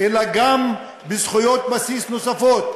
אלא גם בזכויות בסיס נוספות,